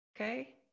Okay